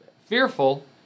fearful